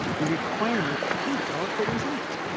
the requirement to eat. all critters eat.